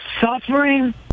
suffering